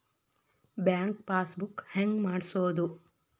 Bank passbook ಹೆಂಗ್ ಮಾಡ್ಸೋದು?